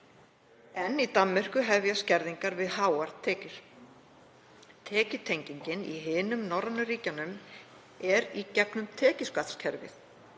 en í Danmörku hefjast skerðingar við háar tekjur. Tekjutengingin er í hinum norrænu ríkjunum í gegnum tekjuskattskerfið.